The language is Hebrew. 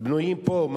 בנויים פה,